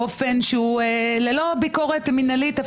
באופן שהוא ללא ביקורת מינהלית,